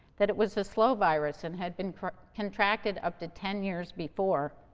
that it was a slow virus and had been contracted up to ten years before.